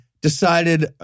decided